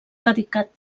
dedicat